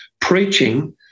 preaching